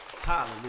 Hallelujah